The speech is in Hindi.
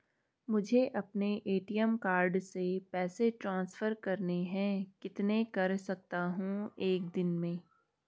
मुझे अपने ए.टी.एम कार्ड से पैसे ट्रांसफर करने हैं कितने कर सकता हूँ एक दिन में?